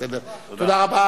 יוסי ביילין,